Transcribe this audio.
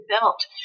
belt